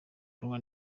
kunywa